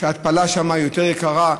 שההתפלה שם יותר יקרה,